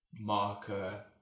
Marker